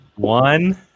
One